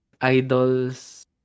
idols